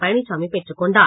பழனிசாமி பெற்றுக்கொண்டார்